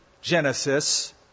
Genesis